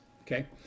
okay